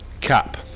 Cap